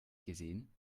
gesehen